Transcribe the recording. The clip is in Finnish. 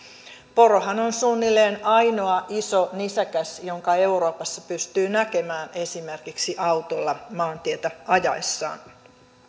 porohan on suunnilleen ainoa iso nisäkäs jonka euroopassa pystyy näkemään esimerkiksi autolla maantietä ajaessaan ja